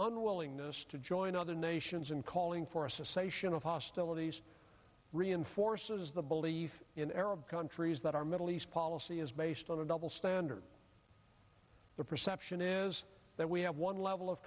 unwillingness to join other nations in calling for a cessation of hostilities reinforces the belief in arab countries that our middle east policy is based on a double standard the perception is that we have one level of